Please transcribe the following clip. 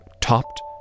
topped